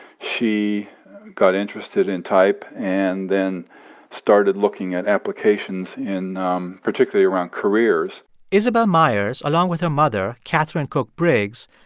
she got interested in type and then started looking at applications in um particularly around careers isabel myers, along with her mother, katharine cook briggs,